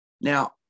Now